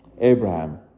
Abraham